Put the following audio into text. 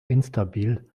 instabil